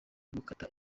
gukata